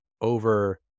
over